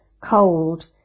cold